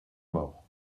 mort